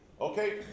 Okay